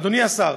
אדוני השר,